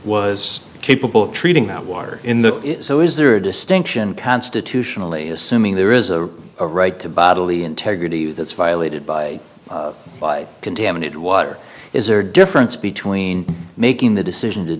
was capable of treating that water in the so is there a distinction constitutionally assuming there is a right to bodily integrity that's violated by contaminated water is are difference between making the decision to